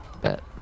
bet